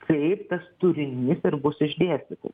kaip tas turinys ir bus išdėstyta